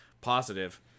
positive